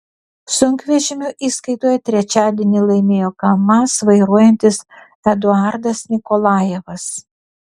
sunkvežimių įskaitoje trečiadienį laimėjo kamaz vairuojantis eduardas nikolajevas